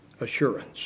assurance